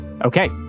Okay